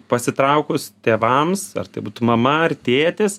pasitraukus tėvams ar tai būtų mama ar tėtis